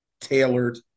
tailored